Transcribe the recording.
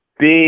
big